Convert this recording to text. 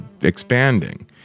expanding